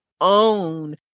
own